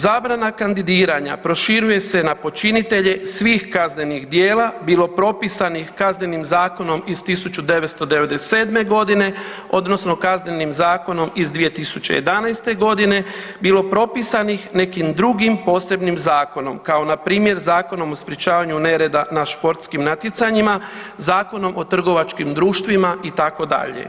Zabrana kandidiranja proširuje se na počinitelje svih kaznenih djela bilo propisanih kaznenim zakonom iz 1997. godine, odnosno Kaznenim zakonom iz 2011. godine bilo propisanih nekim drugim posebnim zakonom kao na primjer Zakonom o sprječavanju nereda na športskim natjecanjima, Zakonom o trgovačkim društvima itd.